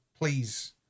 please